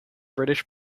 british